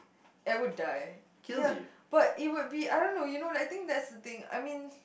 I would die ya but it would be I don't know you know like think that's the thing I mean